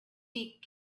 beak